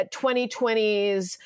2020s